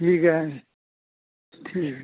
ठीक है ठीक